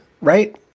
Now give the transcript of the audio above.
Right